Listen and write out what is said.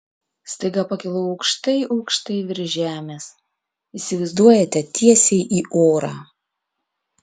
staiga pakilau aukštai aukštai virš žemės įsivaizduojate tiesiai į orą